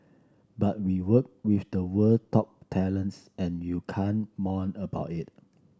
but we work with the world top talents and you can't moan about it